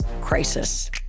crisis